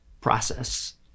process